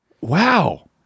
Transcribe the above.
Wow